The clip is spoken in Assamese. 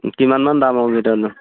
কিমানমান